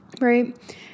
Right